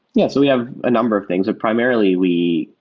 yeah. so we have a number of things. primarily, we,